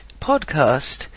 podcast